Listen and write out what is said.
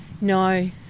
No